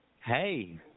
Hey